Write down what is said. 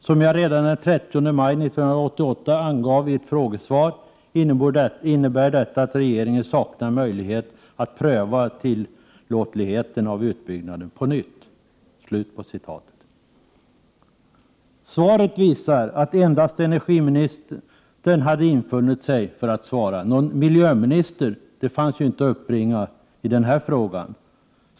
Som jag redan den 30 maj 1988 angav i ett frågesvar innebär detta att regeringen saknar möjlighet att pröva tillåtligheten av utbyggnaden på nytt.” Svaret visar att endast energiministern hade infunnit sig för att svara. Någon miljöminister fanns inte att uppbringa i den frågan.